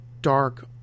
dark